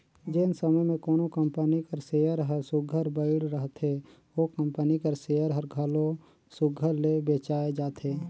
जेन समे में कोनो कंपनी कर सेयर हर सुग्घर बइढ़ रहथे ओ कंपनी कर सेयर हर घलो सुघर ले बेंचाए जाथे